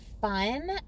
fun